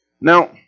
Now